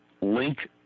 link